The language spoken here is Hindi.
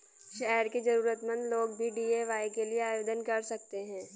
शहर के जरूरतमंद लोग भी डी.ए.वाय के लिए आवेदन कर सकते हैं